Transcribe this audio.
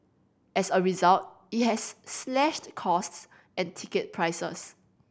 as a result it has slashed costs and ticket prices